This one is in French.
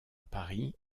paris